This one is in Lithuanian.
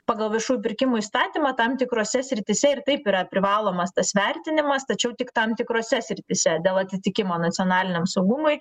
pagal viešųjų pirkimų įstatymą tam tikrose srityse ir taip yra privalomas tas vertinimas tačiau tik tam tikrose srityse dėl atitikimo nacionaliniam saugumui